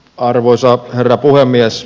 arvoisa herra puhemies